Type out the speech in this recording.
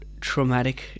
traumatic